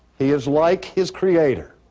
he is like his creator